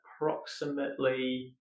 approximately